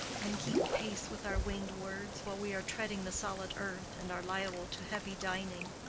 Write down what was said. and keep pace with our winged words, while we are treading the solid earth and are liable to heavy dining.